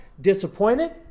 disappointed